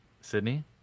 Sydney